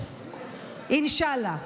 אינשאללה.